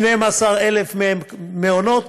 12,000 מקומות,